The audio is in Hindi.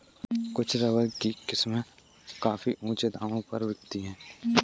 कुछ रबर की किस्में काफी ऊँचे दामों पर बिकती है